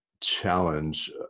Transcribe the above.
challenge